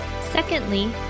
Secondly